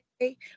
okay